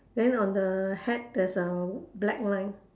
then on the hat there's a black line